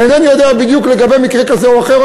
אינני יודע בדיוק לגבי מקרה כזה או אחר.